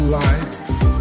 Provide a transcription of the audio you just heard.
life